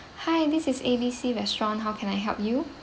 hi this is A B C restaurant how can I help you